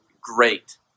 great